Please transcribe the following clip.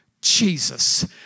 Jesus